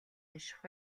унших